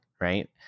right